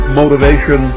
motivation